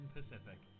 Pacific